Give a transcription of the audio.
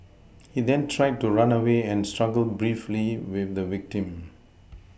he then tried to run away and struggled briefly with the victim